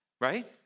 right